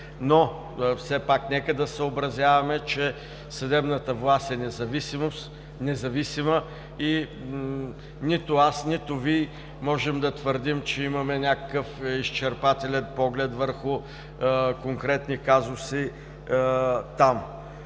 но все пак нека да съобразяваме, че съдебната власт е независима и нито аз, нито Вие, можем да твърдим, че имаме някакъв изчерпателен поглед върху конкретни казуси там.